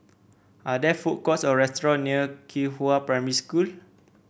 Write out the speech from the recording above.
are there food courts or restaurant near Qihua Primary School